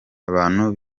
abantu